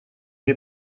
nie